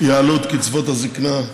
כולל יעלו את קצבאות הזקנה,